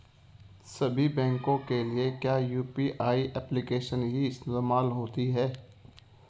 सभी बैंकों के लिए क्या यू.पी.आई एप्लिकेशन ही इस्तेमाल होती है?